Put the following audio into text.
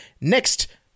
next